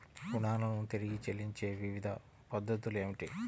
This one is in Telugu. రుణాలను తిరిగి చెల్లించే వివిధ పద్ధతులు ఏమిటి?